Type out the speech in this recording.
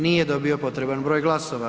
Nije dobio potreban broj glasova.